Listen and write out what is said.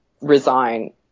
resign